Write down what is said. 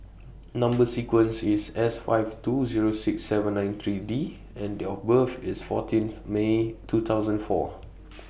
Number sequence IS S five two Zero six seven nine three D and Date of birth IS fourteenth May two thousand four